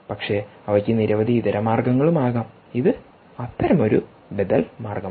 പക്ഷേ അവയ്ക്ക് നിരവധി ഇതരമാർഗങ്ങളും ആകാം ഇത് അത്തരമൊരു ബദൽ മാർഗമാണ്